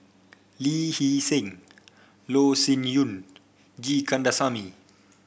Lee Hee Seng Loh Sin Yun G Kandasamy